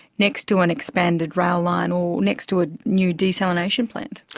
next to an expanded rail line or next to a new desalination plant.